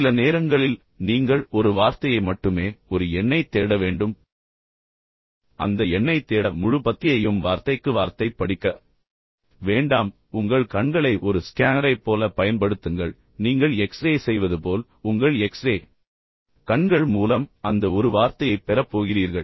சில நேரங்களில் நீங்கள் ஒரு வார்த்தையை மட்டுமே ஒரு எண்ணைத் தேட வேண்டும் பின்னர் பின்னர் அந்த எண்ணைத் தேட முழு பத்தியையும் வார்த்தைக்கு வார்த்தை படிக்க வேண்டாம் எனவே உங்கள் கண்களை ஒரு ஸ்கேனரைப் போலப் பயன்படுத்துங்கள் நீங்கள் எக்ஸ் ரே செய்வது போல் பின்னர் உங்கள் எக்ஸ் ரே கண்கள் மூலம் அந்த ஒரு வார்த்தையைப் பெறப் போகிறீர்கள்